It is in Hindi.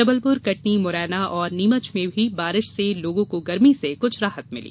जबलपुर कटनी मुरैना नीमच में भी बारिश से लोगों को गर्मी से कुछ राहत मिली